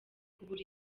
kubura